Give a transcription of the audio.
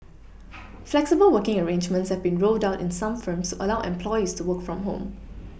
flexible working arrangements have been rolled out in some firms to allow employees to work from home